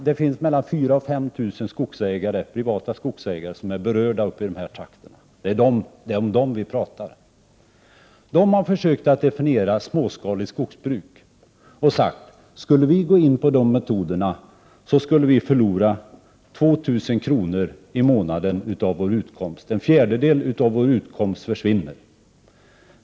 Det finns mellan 4 000 och 5 000 privata skogsägare som är berörda uppe i dessa trakter. Det är om dem vi talar. Då har man försökt definiera begreppet småskaligt skogsbruk och sagt: Skulle vi gå in på de metoderna, så skulle vi förlora 2 000 kr. i månaden av vår utkomst; en fjärdedel av vår utkomst skulle försvinna.